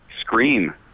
scream